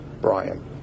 Brian